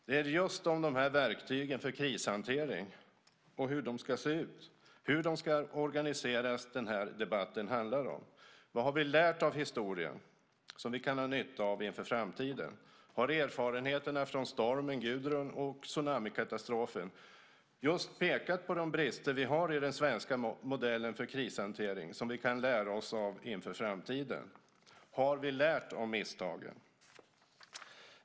Det är just de här verktygen för krishantering, hur de ska se ut och hur de ska organiseras, som den här debatten handlar om. Vad har vi lärt av historien som vi kan ha nytta av inför framtiden? Har erfarenheterna från stormen Gudrun och tsunamikatastrofen just pekat på de brister vi har i den svenska modellen för krishantering, något som vi kan lära oss av inför framtiden? Har vi lärt av misstagen?